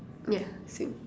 yeah same